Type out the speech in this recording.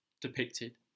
depicted